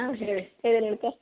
ಹಾಂ ಹೇಳಿ ಏನು ಹೇಳ್ಕು